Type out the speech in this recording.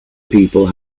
people